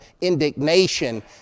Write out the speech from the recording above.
indignation